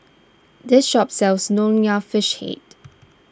this shop sells Nonya Fish Head